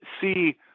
see